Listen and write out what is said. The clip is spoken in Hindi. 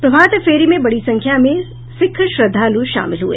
प्रभात फेरी में बडी संख्या में सिख श्रद्वालु शामिल हुए